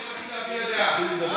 יש דרכים להביע דעה.